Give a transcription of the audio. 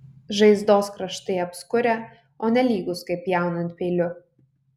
žaizdos kraštai apskurę o ne lygūs kaip pjaunant peiliu